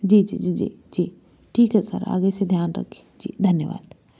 जी जी जी जी ठीक ठीक है सर आगे से ध्यान रखिए जी धन्यवाद